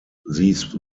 these